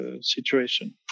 situation